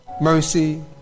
mercy